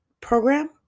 program